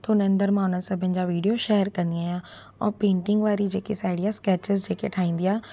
तो हुनजे अंदरि मां हुन सभिनी जा विडियो शेअर कंदी आहियां ऐं पेंटिंग वारी जेकी साहेड़ी आहे स्केचिस जेके ठाहींदी आहे